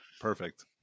perfect